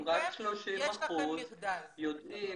זה מחדל.